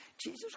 Jesus